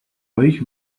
euch